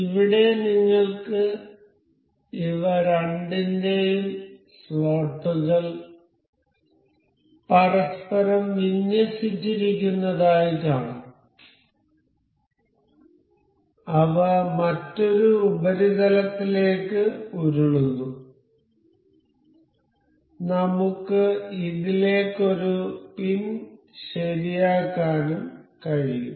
ഇവിടെ നിങ്ങൾക്ക് ഇവ രണ്ടിന്റെയും സ്ലോട്ടുകൾ പരസ്പരം വിന്യസിച്ചിരിക്കുന്നതായി കാണാം അവ മറ്റൊരു ഉപരിതലത്തിലേക്ക് ഉരുളുന്നു നമുക്ക് ഇതിലേക്ക് ഒരു പിൻ ശരിയാക്കാനും കഴിയും